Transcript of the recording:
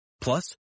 Plus